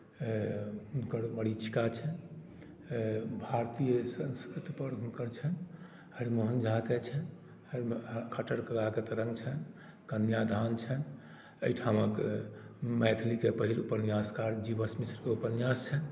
हुनकर मरीचिका छनि भारतीय संस्कृतिपर हुनकर छनि हरिमोहन झाके छनि हरि खट्टर काकाक तरङ्ग छनि कन्यादान छनि एहिठामक मैथिलीके पहिल उपन्यासकार जीवछ मिश्रकेँ उपन्यास छनि